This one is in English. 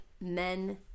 men